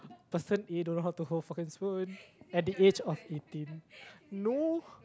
person A don't know how to hold fork and spoon at the age of eighteen no